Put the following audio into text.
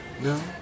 No